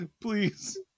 Please